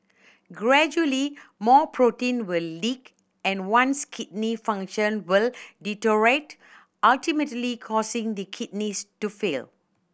gradually more protein will leak and one's kidney function will deteriorate ultimately causing the kidneys to fail